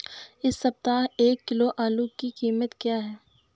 इस सप्ताह एक किलो आलू की कीमत क्या है?